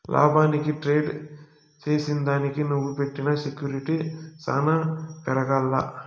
లాభానికి ట్రేడ్ చేసిదానికి నువ్వు పెట్టిన సెక్యూర్టీలు సాన పెరగాల్ల